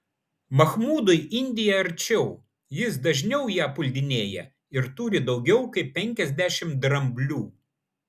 mahmudui indija arčiau jis dažniau ją puldinėja ir turi daugiau kaip penkiasdešimt dramblių